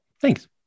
Thanks